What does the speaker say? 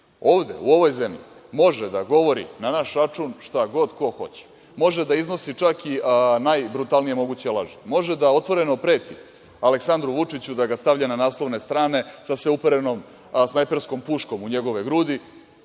ovde u ovoj zemlji može da govori na naš račun šta god ko hoće. Može da iznosi čak i najbrutalnije moguće laži, može da otvoreno preti Aleksandru Vučiću da ga stavlja na naslovne strane sa sve uperenom snajperskom puškom u njegove grudi